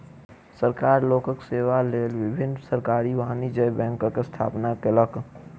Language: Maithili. सरकार लोकक सेवा लेल विभिन्न सरकारी वाणिज्य बैंकक स्थापना केलक